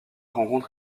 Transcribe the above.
rencontre